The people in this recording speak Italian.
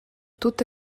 tutte